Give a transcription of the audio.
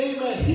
Amen